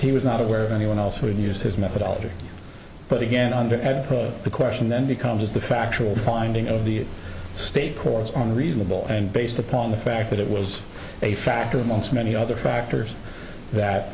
he was not aware of anyone else who had used his methodology but again on to the question then becomes the factual finding of the state courts on reasonable and based upon the fact that it was a factor amongst many other factors that